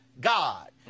god